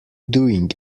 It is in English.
doing